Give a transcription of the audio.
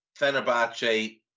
Fenerbahce